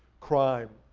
crime,